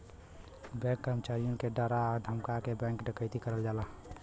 bank कर्मचारियन के डरा धमका के बैंक डकैती करल जाला